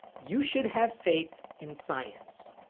you should have faith in science,